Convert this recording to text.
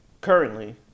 Currently